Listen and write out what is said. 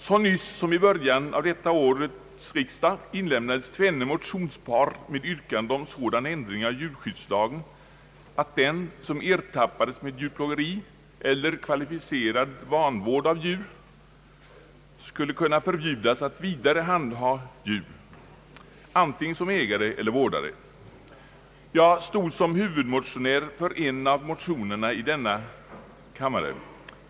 Så nyss som i början av årets riksdag inlämnades tvenne motionspar med yrkande om sådan ändring av djurskyddslagen att den, som ertappades med djurplågeri eller kvalificerad vanvård av djur, skulle kunna förbjudas att vidare handha djur som ägare eller vårdare. Jag stod som huvudmotionär för en av motionerna i denna kammare.